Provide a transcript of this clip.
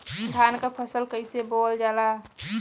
धान क फसल कईसे बोवल जाला?